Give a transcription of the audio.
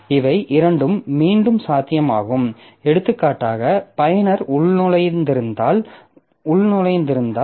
இவை இரண்டும் மீண்டும் சாத்தியமாகும் எடுத்துக்காட்டாக பயனர் உள்நுழைந்திருந்தால் வைத்துக்கொள்வோம்